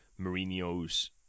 Mourinho's